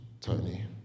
Tony